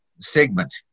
segment